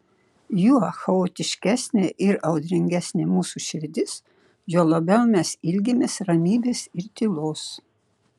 juo chaotiškesnė ir audringesnė mūsų širdis juo labiau mes ilgimės ramybės ir tylos